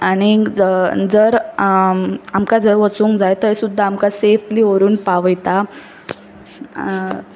आनीक जर आमकां जर वचूंक जाय थंय सुद्दां आमकां सेफली व्हरून पावयता